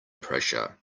pressure